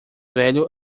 velho